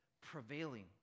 prevailing